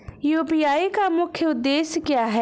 UPI का मुख्य उद्देश्य क्या है?